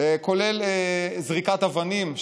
כולל זריקת אבנים,